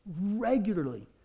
regularly